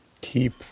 keep